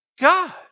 God